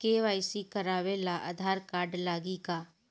KYC करावे ला Aadhaar card लागी का?